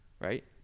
Right